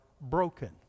broken